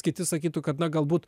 kiti sakytų kad na galbūt